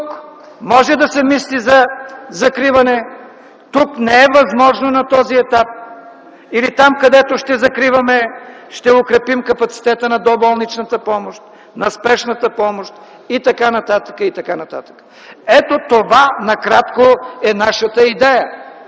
тук може да се мисли за закриване, тук не е възможно на този етап или там, където ще закриваме, ще укрепим капацитета на доболничната помощ, на спешната помощ и т.н. Ето това накратко е нашата идея